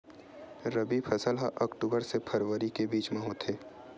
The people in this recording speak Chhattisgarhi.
रबी फसल हा अक्टूबर से फ़रवरी के बिच में होथे